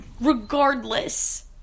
regardless